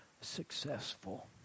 successful